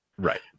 Right